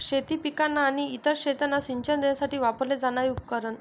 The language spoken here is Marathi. शेती पिकांना आणि इतर शेतांना सिंचन देण्यासाठी वापरले जाणारे उपकरण